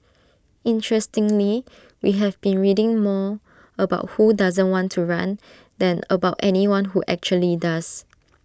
interestingly we have been reading more about who doesn't want to run than about anyone who actually does